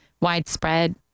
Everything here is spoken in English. widespread